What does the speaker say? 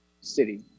city